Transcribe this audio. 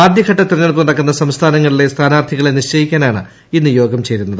ആദ്യ ഘട്ട തെരഞ്ഞെടുപ്പ് നടക്കുന്ന സംസ്ഥാനങ്ങളിലെ സ്ഥാനാർഥികളെ നിശ്ചയിക്കാനാണ് ഇന്ന് യോഗം ചേരുന്നത്